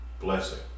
blessing